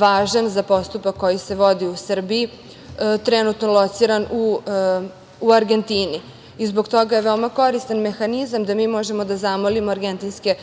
važan za postupak koji se vodi u Srbiji trenutno lociran u Argentini i zbog toga je veoma koristan mehanizam da mi možemo da zamolimo argentinske